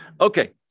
Okay